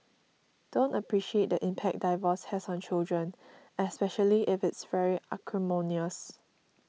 don't appreciate the impact divorce has on children especially if it's very acrimonious